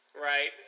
Right